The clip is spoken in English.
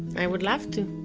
i would love to!